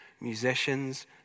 musicians